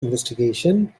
investigation